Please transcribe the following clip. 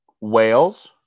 Wales